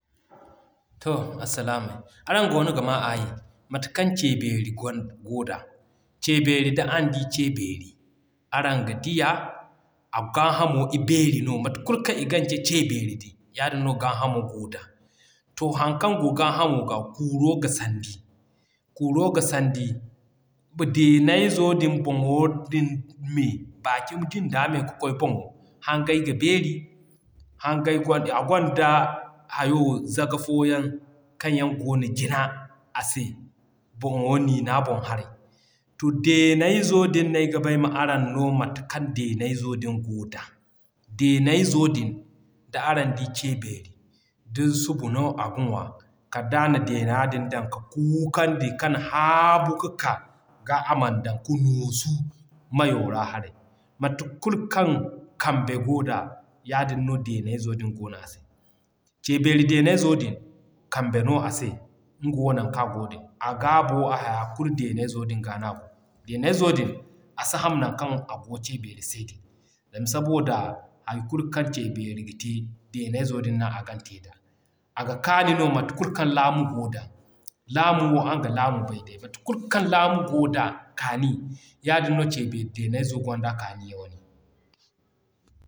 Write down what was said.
Toh Arsilaamay, araŋ goono ga maa aa yi. Mate kaŋ Ce Beeri goo da. Ce Beeri da araŋ di Ce Beeri. Araŋ ga diya a gaa hamo i beeri no mate kulu kaŋ i gaŋ ce Ce Beeri din, yaadin no gaa hamo goo da. To haŋ kaŋ goo gaa hamo ga: kuuro ga sandi, kuuro ga sandi, deeney zo din boŋo din me bakin jinda me ga kwaay boŋo, hangey ga beeri, hangey gwanda a gwanda hayo zaga fooyaŋ kaŋ yaŋ goo jina a se boŋo niina boŋ harey. Too deeney zo din no ayga ba ay ma araŋ no mate kaŋ deeney zo din goo da. Deeney zo din d'a araŋ di Ce Beeri, da subu no aga ŋwa, kal d'a na deena din dan ka kuukandi kan haabu ka ga aman dan ka nuusu mayo ra haray. Mate kulu kaŋ kambe goo da, yaadin no deeney zo goono a se. Ce Beeri deeney zo din kamba no a se nga wo naŋ kaŋ a goo din. A gaabo, a haya kulu deeney zo din ga n'a go. Deeney zo din a si ham naŋ kaŋ a goo Ce Beeri se din zama saboda hay kulu kaŋ Ce Beeri ga te, deeney zo din no a gan te da. Aga kaanu no mate kulu kaŋ laamu goo da, laamu mo araŋ ga laamu bay day mate kulu kaŋ laamu goo da kaani, yaadin no Ce Beeri deeney zo gwanda kaani wane.